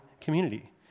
community